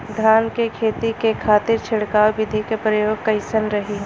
धान के खेती के खातीर छिड़काव विधी के प्रयोग कइसन रही?